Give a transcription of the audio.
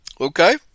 Okay